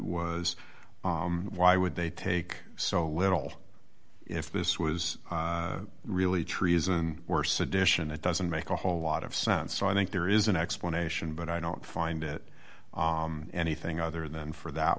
was why would they take so little if this was really treason worse addition it doesn't make a whole lot of sense so i think there is an explanation but i don't find it anything other than for that